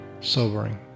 sobering